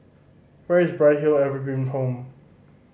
where is Bright Hill Evergreen Home